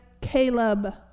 Caleb